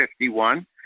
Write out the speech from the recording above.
51